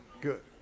good